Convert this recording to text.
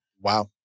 Wow